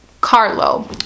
Carlo